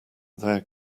their